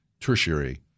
Tertiary